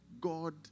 God